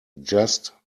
just